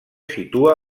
situa